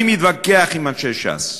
אני מתווכח עם אנשי ש"ס,